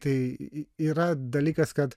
tai yra dalykas kad